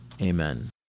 Amen